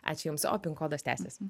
ačiū jums o pin kodas tęsiasi